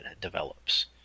develops